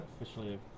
officially